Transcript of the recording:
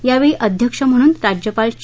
यावेळी अध्यक्ष म्हणून राज्यपाल चे